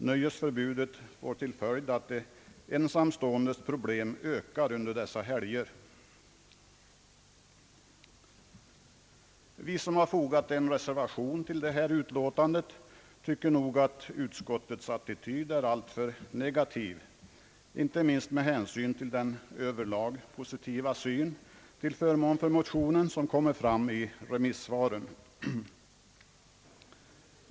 Nöjesförbudet får till följd att den ensamståendes problem ökar under dessa helger. Vi som har fogat en reservation till detta utlåtande tycker att utskottets attityd nog är alltför negativ, inte minst med hänsyn till den över lag positiva syn till förmån för motionen som kommer fram i remissvaren.